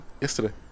yesterday